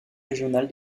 régionale